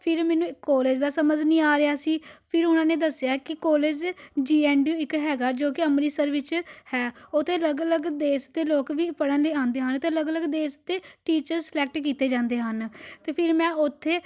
ਫਿਰ ਮੈਨੂੰ ਇੱਕ ਕੋਲਜ ਦਾ ਸਮਝ ਨਹੀਂ ਆ ਰਿਹਾ ਸੀ ਫਿਰ ਉਹਨਾਂ ਨੇ ਦੱਸਿਆ ਕਿ college G N D U ਇੱਕ ਹੈਗਾ ਜੋ ਕਿ ਅੰਮ੍ਰਿਤਸਰ ਵਿੱਚ ਹੈ ਉਹ ਤੇ ਅਲੱਗ ਅਲੱਗ ਦੇਸ਼ ਦੇ ਲੋਕ ਵੀ ਪੜ੍ਹਨ ਲਈ ਆਉਂਦੇ ਹਨ ਅਤੇ ਅਲੱਗ ਅਲੱਗ ਦੇਸ਼ ਦੇ ਟੀਚਰਸ ਸਿਲੈਕਟ ਕੀਤੇ ਜਾਂਦੇ ਹਨ ਅਤੇ ਫਿਰ ਮੈਂ ਉੱਥੇ